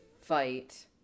fight